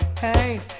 hey